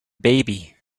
baby